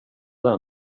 den